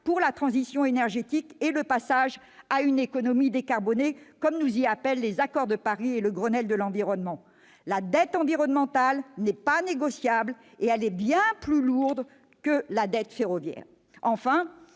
pour la transition énergétique et le passage à une économie décarbonée, comme nous y appellent les accords de Paris et le Grenelle de l'environnement. La dette environnementale n'est pas négociable et elle est bien plus lourde que la dette ferroviaire